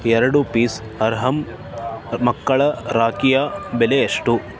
ಎರಡು ಪೀಸ್ ಅರ್ಹಂ ಮಕ್ಕಳ ರಾಖಿಯ ಬೆಲೆ ಎಷ್ಟು